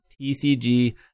TCG